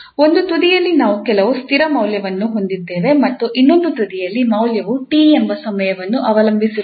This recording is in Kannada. ಒಂದು ತುದಿಯಲ್ಲಿ ನಾವು ಕೆಲವು ಸ್ಥಿರ ಮೌಲ್ಯವನ್ನು ಹೊಂದಿದ್ದೇವೆ ಮತ್ತು ಇನ್ನೊಂದು ತುದಿಯಲ್ಲಿ ಮೌಲ್ಯವು 𝑡 ಎಂಬ ಸಮಯವನ್ನು ಅವಲಂಬಿಸಿರುತ್ತದೆ